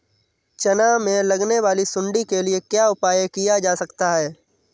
चना में लगने वाली सुंडी के लिए क्या उपाय किया जा सकता है?